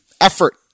Effort